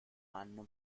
anno